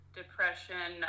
depression